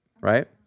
right